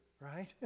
right